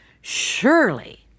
Surely